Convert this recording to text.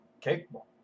Capable